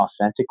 authentic